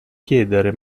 chiedere